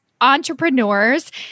entrepreneurs